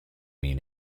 mean